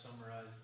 summarize